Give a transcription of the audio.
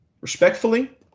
respectfully